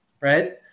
Right